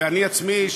ואני עצמי,